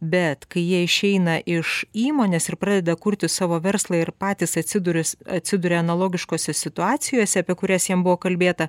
bet kai jie išeina iš įmonės ir pradeda kurti savo verslą ir patys atsiduria s atsiduria analogiškose situacijose apie kurias jiem buvo kalbėta